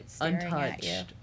untouched